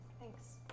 Thanks